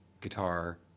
guitar